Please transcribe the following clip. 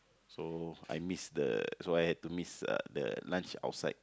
so I miss the so I had to miss uh the lunch outside